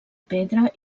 pedra